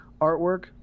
artwork